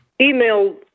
email